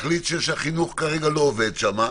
להחליט שהחינוך כרגע לא עובד שם,